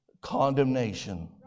condemnation